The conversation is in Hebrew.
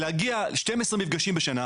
הם מחויבים להגיע ל-12 מפגשים בשנה,